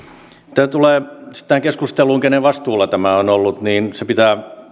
mitä tulee tähän keskusteluun siitä kenen vastuulla tämä on ollut niin se pitää